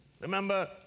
remember